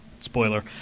Spoiler